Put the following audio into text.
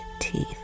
teeth